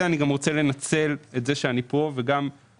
אני רוצה לנצל את זה שאני פה ולהתחבר,